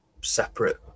separate